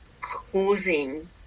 causing